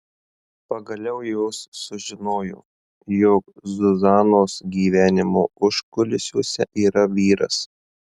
pagaliau jos sužinojo jog zuzanos gyvenimo užkulisiuose yra vyras